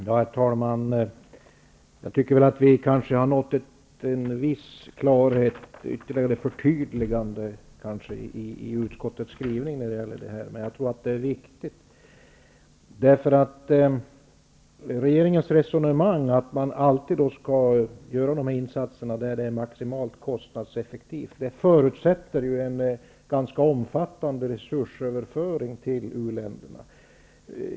Herr talman! Jag tycker väl att vi kanske nått en viss klarhet och ytterligare förtydligande i utskottets skrivning, och jag tror det är viktigt. Regeringens resonemang att man alltid skall göra dessa insatser där det är maximalt kostnadseffektivt förutsätter ju en ganska omfattande resursöverföring till uländerna.